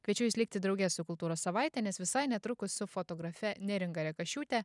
kviečiu jus likti drauge su kultūros savaite nes visai netrukus su fotografe neringa rekašiūtė